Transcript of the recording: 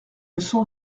leçon